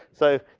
so,